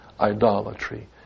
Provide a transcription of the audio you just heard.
idolatry